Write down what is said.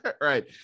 Right